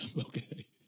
Okay